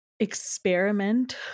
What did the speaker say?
Experiment